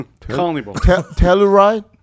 Telluride